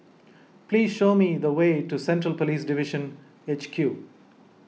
please show me the way to Central Police Division H Q